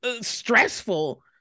stressful